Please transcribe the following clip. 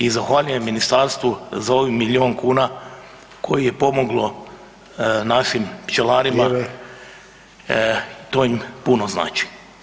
I zahvaljujem ministarstvu za ovi milijun kuna koji je pomoglo našim pčelarima [[Upadica: Vrijeme]] To im puno znači.